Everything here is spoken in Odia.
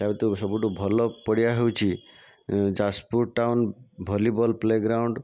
ତା ଭିତରୁ ସବୁଠୁ ଭଲ ପଡ଼ିଆ ହେଉଛି ଯାଜପୁର ଟାଉନ ଭଳିବଲ ପ୍ଲେଗ୍ରାଉଣ୍ଡ